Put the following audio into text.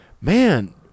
man